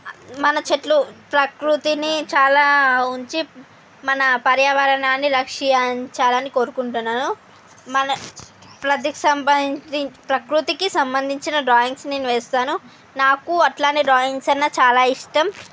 మన చెట్లు ప్రకృతిని చాలా ఉంచి మన పర్యావరణాన్ని రక్షించాలని కోరుకుంటున్నాను మన ప్రతి సంభందించి ప్రకృతికి సంబంధించిన డ్రాయింగ్స్ నేను వేస్తాను నాకు అట్లానే డ్రాయింగ్స్ అన్నా చాలా ఇష్టం